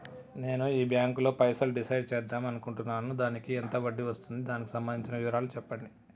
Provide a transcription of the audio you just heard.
నేను ఈ బ్యాంకులో పైసలు డిసైడ్ చేద్దాం అనుకుంటున్నాను దానికి ఎంత వడ్డీ వస్తుంది దానికి సంబంధించిన వివరాలు చెప్పండి?